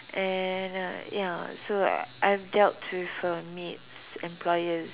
and uh ya so I've dealt with uh maids employers